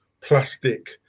plastic